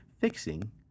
fixing